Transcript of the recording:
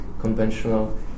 conventional